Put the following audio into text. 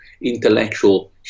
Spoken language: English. intellectual